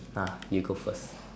ah you go first